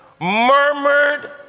murmured